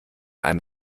einem